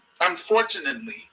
Unfortunately